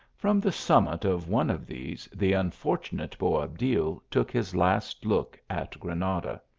from the summit of one of these, the unfortunate boabdil took his last look at granada.